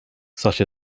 such